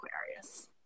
Aquarius